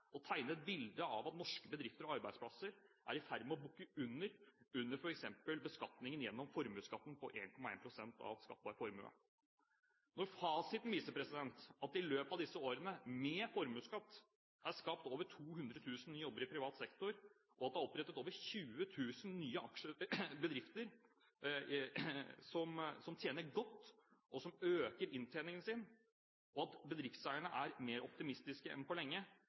å tegne – et bilde av at norske bedrifter og arbeidsplasser er i ferd med å bukke under på grunn av f.eks. beskatningen gjennom formuesskatten på 1,1 pst. av skattbar formue. Når fasiten viser at det i løpet av disse årene med formuesskatt er skapt over 200 000 nye jobber i privat sektor, at det er opprettet over 20 000 nye bedrifter som tjener godt – og som øker inntjeningen sin – og at bedriftseierne er mer optimistiske enn på lenge,